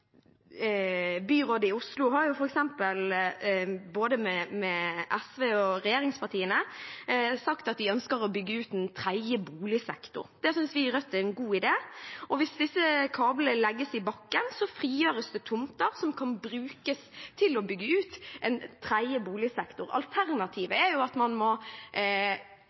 Byrådet i Oslo – både SV og regjeringspartiene – har f.eks. sagt at man ønsker å bygge ut en tredje boligsektor. Det synes vi i Rødt en god idé. Hvis disse kablene legges i bakken, frigjøres det tomter som kan brukes til å bygge ut en tredje boligsektor. Alternativet er at man må